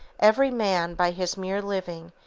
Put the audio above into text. every man, by his mere living,